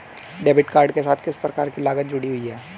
Debit card के साथ किस प्रकार की लागतें जुड़ी हुई हैं?